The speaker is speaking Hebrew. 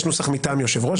יש נוסח מטעם יושב ראש,